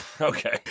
Okay